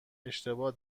اشتباه